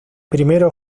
primero